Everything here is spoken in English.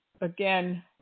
again